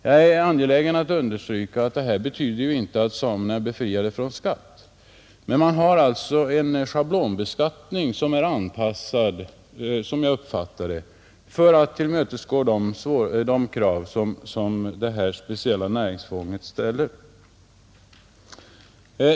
Jag är angelägen att understryka att detta inte betyder att samerna är befriade från skatt, men man har alltså en schablonbeskattning, som är avpassad, som jag uppfattar det, för att tillmötesgå de krav som detta speciella näringsfång ställer. S.